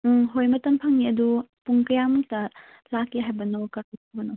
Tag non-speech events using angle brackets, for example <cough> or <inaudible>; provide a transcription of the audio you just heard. ꯎꯝ ꯍꯣꯏ ꯃꯇꯝ ꯐꯪꯉꯤ ꯑꯗꯨ ꯄꯨꯡ ꯀꯌꯥꯃꯨꯛꯇ ꯂꯥꯛꯀꯦ ꯍꯥꯏꯕꯅꯣ <unintelligible>